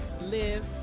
live